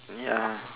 ya